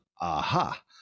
aha